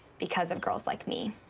because of girls like me.